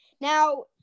now